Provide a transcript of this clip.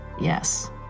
yes